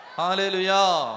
hallelujah